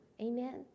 Amen